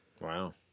Wow